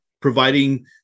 providing